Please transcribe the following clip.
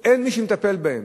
אין מי שמטפל בהם,